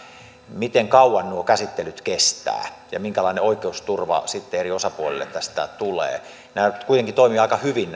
miten kauan nuo käsittelyt kestävät ja minkälainen oikeusturva sitten eri osapuolille tästä tulee nämä erikoistuomioistuimet nyt kuitenkin toimivat aika hyvin